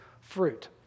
fruit